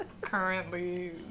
Currently